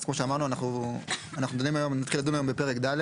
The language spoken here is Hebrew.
אז כמו שאמרנו, אנחנו נחיל לדון היום בפרק ד'.